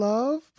Love